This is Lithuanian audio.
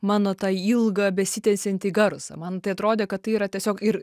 mano ta ilgą besitęsiantį garsą man tai atrodė kad tai yra tiesiog ir